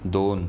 दोन